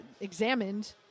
examined